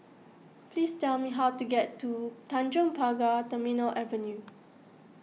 please tell me how to get to Tanjong Pagar Terminal Avenue